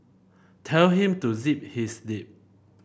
tell him to zip his lip